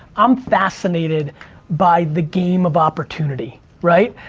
i'm fascinated by the game of opportunity, right?